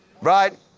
right